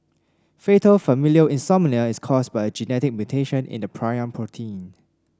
fatal familial insomnia is caused by a genetic mutation in a prion protein